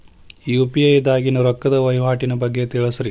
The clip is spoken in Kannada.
ಯು.ಪಿ.ಐ ದಾಗಿನ ರೊಕ್ಕದ ವಹಿವಾಟಿನ ಬಗ್ಗೆ ತಿಳಸ್ರಿ